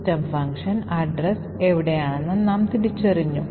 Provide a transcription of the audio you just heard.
system function address എവിടെയാണെന്ന് നാം തിരിച്ചറിഞ്ഞു